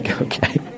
okay